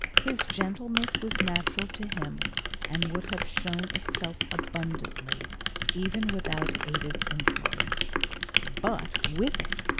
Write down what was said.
his gentleness was natural to him and would have shown itself abundantly even without ada's influence but with it,